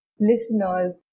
listeners